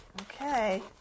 okay